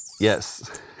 Yes